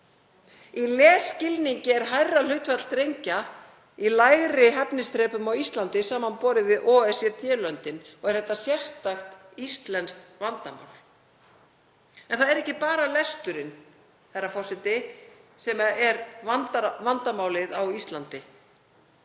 Í lesskilningi er hærra hlutfall drengja í lægri hæfniþrepum á Íslandi samanborið við OECD-löndin og er þetta sérstakt íslenskt vandamál. En það eru ekki bara lesturinn, herra forseti, sem er vandamál. Vandamálið á Íslandi.